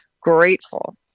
grateful